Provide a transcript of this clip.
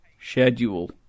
schedule